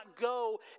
go